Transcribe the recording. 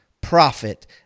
profit